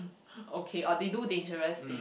okay or they do dangerous thing